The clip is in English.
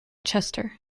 chester